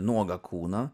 nuogą kūną